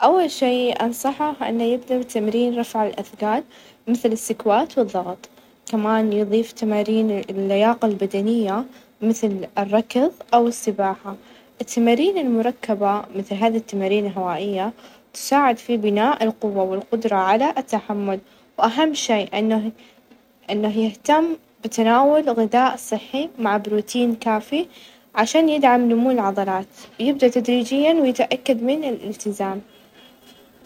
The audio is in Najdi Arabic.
أول شي أنصحه إنه يبدأ بتمرين رفع الأثقال مثل: السكوات، والظغط ،كمان يظيف تمارين اللياقة البدنية مثل: الركظ، أو السباحة ،التمارين المركبة مثل هذي التمارين الهوائية تساعد في بناء القوة ،والقدرة على التحمل، وأهم شي -إنه- إنه يهتم بتناول غذاء صحي مع بروتين كافي عشان يدعم نمو العضلات يبدأ تدريجيا ويتأكد من الإلتزام.